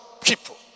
people